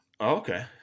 Okay